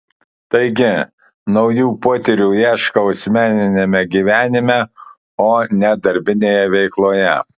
taigi naujų potyrių ieškau asmeniniame gyvenime o ne darbinėje veikloje